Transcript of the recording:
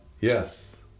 Yes